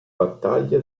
battaglia